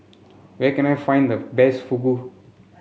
where can I find the best Fugu